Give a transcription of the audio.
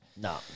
No